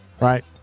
Right